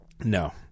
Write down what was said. No